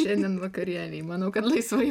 šiandien vakarienei manau kad laisvai